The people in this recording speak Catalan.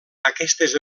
aquestes